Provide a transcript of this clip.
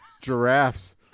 giraffes